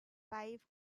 five